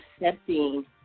accepting